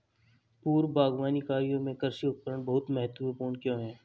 पूर्व बागवानी कार्यों में कृषि उपकरण बहुत महत्वपूर्ण क्यों है?